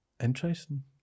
interesting